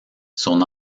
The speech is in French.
son